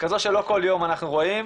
כזו שלא כל יום אנחנו רואים,